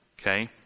Okay